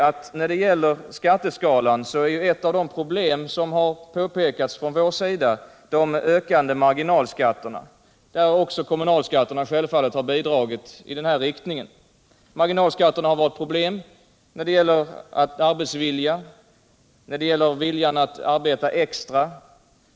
Ett av de problem som påtalats från vår sida beträffande skatteskalan är de ökande marginalskatterna. Också kommunalskatterna har självfallet bidragit i samma riktning. Marginalskatterna har utgjort ett problem i fråga om arbetsviljan och viljan att arbeta extra.